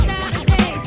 Saturday